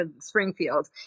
Springfield